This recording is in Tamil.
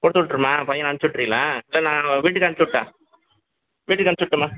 கொடுத்து விட்டுறேம்மா பையனை அனுப்பிச்சி விட்றீகளா சரி நான் வீட்டுக்கே அனுப்பிச்சுட்டா வீட்டுக்கு அனுப்பிச்சுட்டுமா